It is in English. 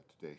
today